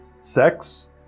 sex